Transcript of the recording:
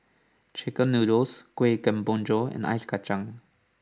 Chicken Noodles Kuih Kemboja and Ice Kachang